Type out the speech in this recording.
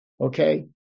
Okay